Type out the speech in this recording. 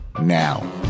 now